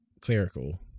clerical